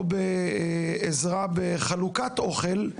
או בעזרה בחלוקת אוכל,